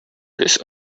this